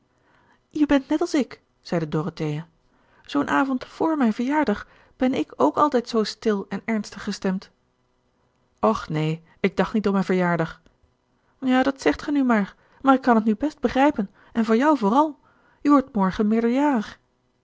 je bent net als ik zeide dorothea zoo'n avond vr gerard keller het testament van mevrouw de tonnette mijn verjaardag ben ik ook altijd zoo stil en ernstig gestemd och neen ik dacht niet om mijn verjaardag ja dat zegt ge nu maar maar ik kan het nu best begrijpen en van jou vooral je wordt morgen